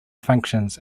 functions